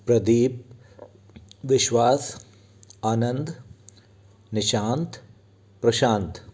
Pradeep Vishwas Anand Nishant Prashant